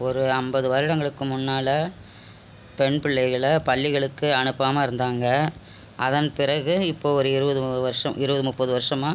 ஒரு ஐம்பது வருடங்களுக்கு முன்னால் பெண் பிள்ளைகளை பள்ளிகளுக்கு அனுப்பாமல் இருந்தாங்க அதன் பிறகு இப்போ ஒரு இருபது வருஷம் இருபது முப்பது வருஷம்மா